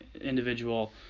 individual